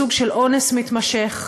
בסוג של אונס מתמשך,